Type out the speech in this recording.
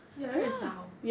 越来越早